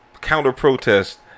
counter-protest